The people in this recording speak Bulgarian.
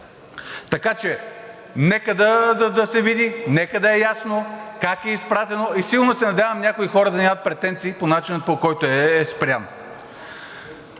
Така че нека да се види, нека да е ясно как е изпратено. И силно се надявам някои хора да нямат претенции по начина, по който е спрян.